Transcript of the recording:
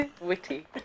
witty